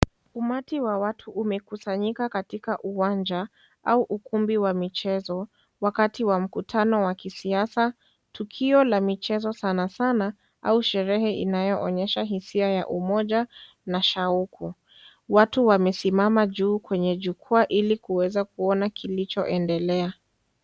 Umati wa watu umekusanyika katika uwanja au ukumbi wa michezo wakati wa mkutano wa kisiasa, tukio la michezo sanasana au sherehe inaonyesha hisia ya umoja na shauku, watu wamesimama juu kwenye jukwaa ili kuweza kuona kilichoendelea.